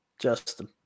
Justin